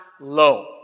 low